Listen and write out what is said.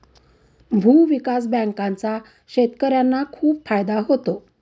भूविकास बँकांचा शेतकर्यांना खूप फायदा होतो